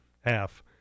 half